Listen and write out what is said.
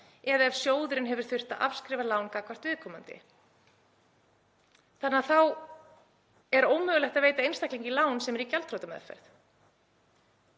eða ef sjóðurinn hefur þurft að afskrifa lán gagnvart viðkomandi.“ Þá er ómögulegt að veita einstaklingi lán sem er í gjaldþrotameðferð.